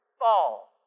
fall